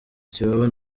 ikibaba